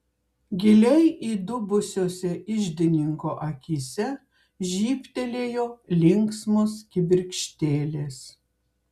giliai įdubusiose iždininko akyse žybtelėjo linksmos kibirkštėlės